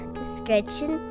description